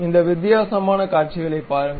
இந்த வித்தியாசமான காட்சிகளைப் பாருங்கள்